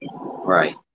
right